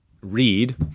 read